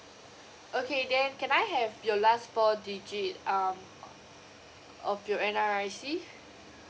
okay then can I have your last four digit um uh of your N_R_I_C